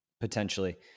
potentially